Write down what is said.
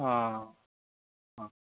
অঁ অঁ